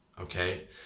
okay